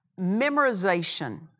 Memorization